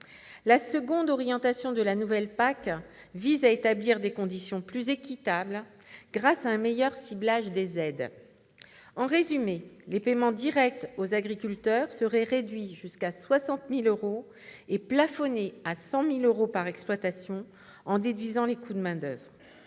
La deuxième orientation de la nouvelle PAC vise à établir des conditions plus équitables grâce à un meilleur ciblage des aides. En résumé, les paiements directs aux agriculteurs seraient réduits jusqu'à 60 000 euros et plafonnés à 100 000 euros par exploitation en déduisant les coûts de main-d'oeuvre.